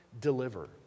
deliver